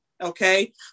Okay